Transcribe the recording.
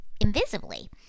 invisibly